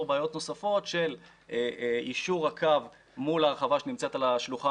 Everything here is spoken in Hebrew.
בעיות נוספות של יישור הקו מול ההרחבה שנמצאת על השלוחה